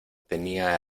tenía